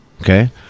okay